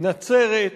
נצרת,